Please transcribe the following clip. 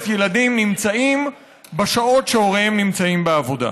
ילדים נמצאים בשעות שהוריהם נמצאים בעבודה.